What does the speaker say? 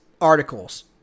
articles